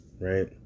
right